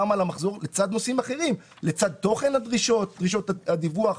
בין שאר הנושא גם לגבי תוכן דרישות הדיווח.